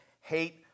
hate